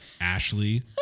Ashley